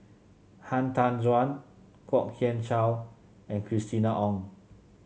Han Tan Juan Kwok Kian Chow and Christina Ong